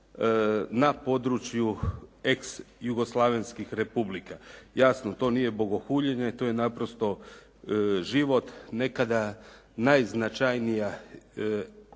na području ex jugoslavenskih republika. Jasno, to nije bogohuljenje, to je naprosto život. Nekada najznačajnija